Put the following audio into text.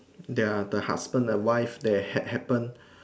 there are the husband and wife that ha happen